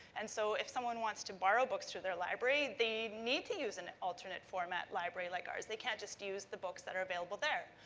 and so, if someone wants to borrow books through their library, they need to use an alternate-format library like ours, they can't just use the books that are available there.